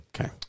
Okay